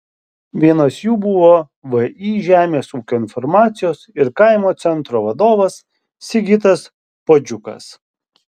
vienas jų buvo vį žemės ūkio informacijos ir kaimo centro vadovas sigitas puodžiukas